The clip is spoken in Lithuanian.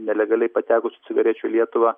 nelegaliai patekusių cigarečių į lietuvą